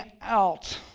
out